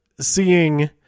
seeing